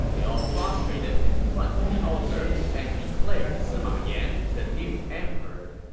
they all prostrated in front of the altar and declared sima yan the new emperor.